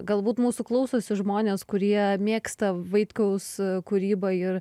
galbūt mūsų klausosi žmonės kurie mėgsta vaitkaus kūryba ir